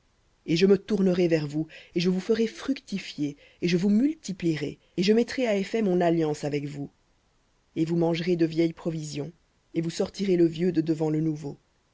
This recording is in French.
et je me tournerai vers vous et je vous ferai fructifier et je vous multiplierai et je mettrai à effet mon alliance avec vous et vous mangerez de vieilles provisions et vous sortirez le vieux de devant le nouveau